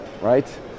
right